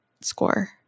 score